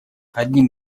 одним